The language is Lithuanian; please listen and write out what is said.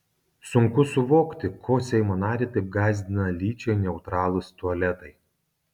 sunku suvokti ko seimo narį taip gąsdina lyčiai neutralūs tualetai